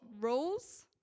Rules